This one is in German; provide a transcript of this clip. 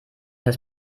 das